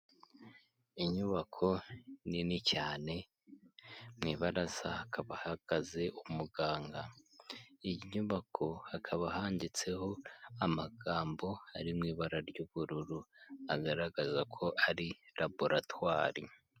Inyubako nini cyane mu ibaraza hakaba hahagaze umuganga, iyi nyubako hakaba handitseho amagambo ari mu ibara ry'ubururu agaragaza ko ari raboratwari.